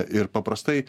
ir paprastai